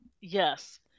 Yes